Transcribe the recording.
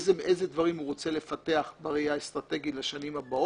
אילו דברים הוא רוצה לפתח בראיה אסטרטגית לשנים הבאות.